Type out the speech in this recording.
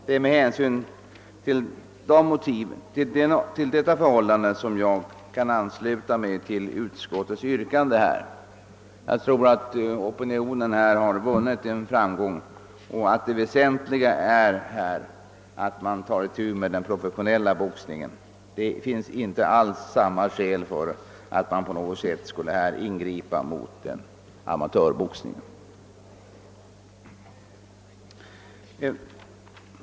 Det är mot denna bakgrund som jag kan ansluta mig till utskottets förslag. Jag anser att opinionen har vunnit en framgång. Det väsentliga är att man tar itu med den professionella boxningen. Det finns inte alls samma skäl att ingripa mot amatörboxningen.